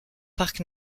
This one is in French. parc